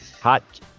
hot